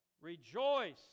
Rejoice